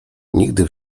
nigdy